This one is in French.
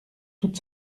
toute